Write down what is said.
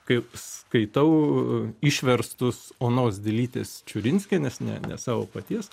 kaip skaitau išverstus onos dilytės čiurinskienės ne ne savo paties